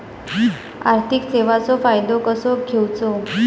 आर्थिक सेवाचो फायदो कसो घेवचो?